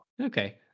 Okay